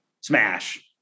Smash